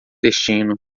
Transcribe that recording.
destino